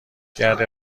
کرده